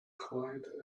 quiet